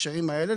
בהקשרים האלה,